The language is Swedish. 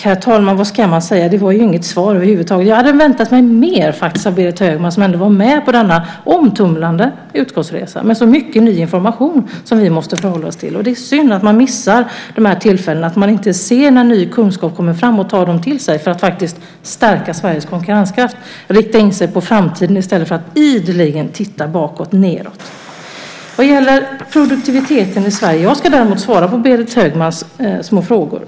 Herr talman! Vad ska man säga? Det var ju inget svar över huvud taget. Jag hade faktiskt väntat mig mer av Berit Högman som ändå var med på denna omtumlande utskottsresa med så mycket ny information som vi måste förhålla oss till. Det är synd att man missar de här tillfällena och att man inte ser när ny kunskap kommer fram och tar den till sig för att stärka Sveriges konkurrenskraft och rikta in sig på framtiden i stället för att ideligen titta bakåt och nedåt. Jag ska däremot svara på Berit Högmans små frågor när det gäller produktiviteten i Sverige.